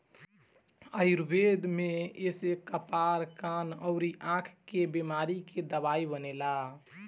आयुर्वेद में एसे कपार, कान अउरी आंख के बेमारी के दवाई बनेला